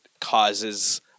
causes